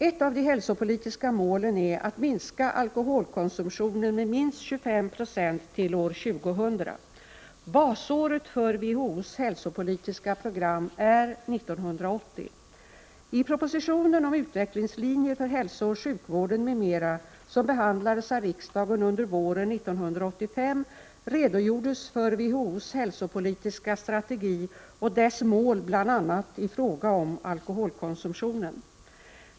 Ett av de hälsopolitiska målen är att minska alkoholkonsumtionen med minst 25 96 till år 2000. Basåret för WHO:s hälsopolitiska program är 1980.